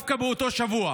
דווקא באותו שבוע